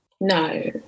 No